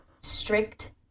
strict